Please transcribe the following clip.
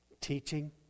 teaching